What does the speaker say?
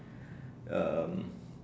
um